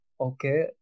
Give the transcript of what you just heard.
okay